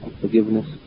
forgiveness